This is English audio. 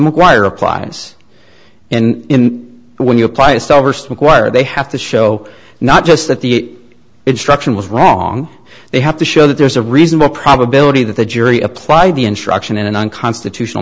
mcguire applies in when you apply a style st require they have to show not just that the instruction was wrong they have to show that there's a reasonable probability that the jury applied the instruction in an unconstitutional